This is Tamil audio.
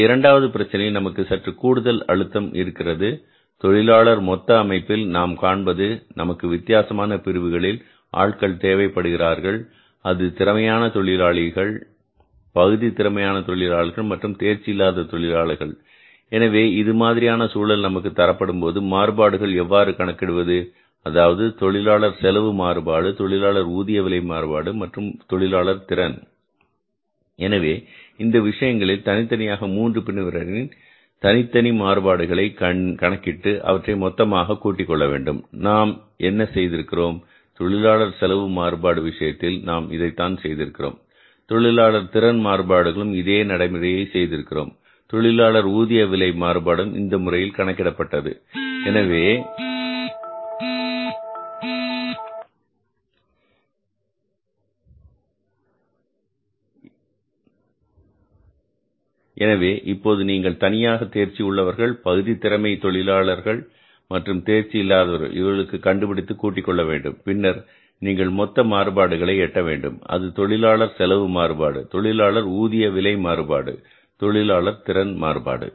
இந்த இரண்டாவது பிரச்சனையில் நமக்கு சற்று கூடுதல் அழுத்தம் இருக்கிறது தொழிலாளர் மொத்த அமைப்பில் நாம் காண்பது நமக்கு வித்தியாசமான பிரிவுகளில் ஆட்கள் தேவைப்படுகிறார்கள் அது திறமையான தொழிலாளிகள் பகுதி திறமையான தொழிலாளிகள் மற்றும் தேர்ச்சி இல்லாத தொழிலாளிகள் எனவே இது மாதிரியான சூழல் நமக்கு தர படும்போது மாறுபாடுகளை எவ்வாறு கணக்கிடுவது அதாவது தொழிலாளர் செலவு மாறுபாடு தொழிலாளர் ஊதிய விலை மாறுபாடு மற்றும் தொழிலாளர் திறன் எனவே இந்த விஷயங்களில் தனித்தனியாக 3 பிரிவினரின் தனித்தனி மாறுபாடுகளை கணக்கிட்டு அவற்றை மொத்தமாக கூட்டிக் கொள்ள வேண்டும் நாம் என்ன செய்திருக்கிறோம் தொழிலாளர் செலவு மாறுபாடு விஷயத்தில் நாம் இதைத்தான் செய்திருக்கிறோம் தொழிலாளர் திறன் மாறுபாடுகளும் இதே நடைமுறையை செய்திருக்கிறோம் தொழிலாளர் ஊதிய விலை மாறுபடும் இந்த முறையில் கணக்கிடப்பட்டது எனவே இப்போது நீங்கள் தனித்தனியாக தேர்ச்சி உள்ளவர்கள் பகுதி திறமை உள்ளவர்கள் மற்றும் தேர்ச்சி இல்லாதவர்கள் இவர்களுக்கு கண்டுபிடித்து கூட்டிக் கொள்ள வேண்டும் பின்னர் நீங்கள் மொத்த மாறுபாடுகளை எட்ட வேண்டும் அது தொழிலாளர் செலவு மாறுபாடு தொழிலாளர் ஊதிய விலை மாறுபாடு தொழிலாளர் திறன் மாறுபாடு